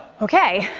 okay.